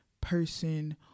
person